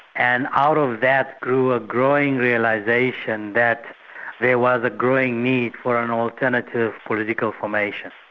and out of that grew a growing realisation that there was a growing need for an alternative political formation.